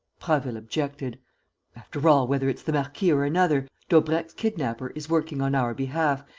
prasville objected after all, whether it's the marquis or another, daubrecq's kidnapper is working on our behalf,